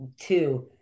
two